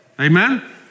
Amen